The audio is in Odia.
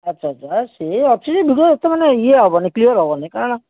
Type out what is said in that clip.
ଆଚ୍ଛା ଆଚ୍ଛା ଆଉ ସିଏ ଅଛି ଯେ ଭିଡ଼ିଓ ଏତେ ମାନେ ଇଏ ହେବନି କ୍ଲିୟର୍ ହେବନି କାରଣ